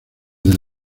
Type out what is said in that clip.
del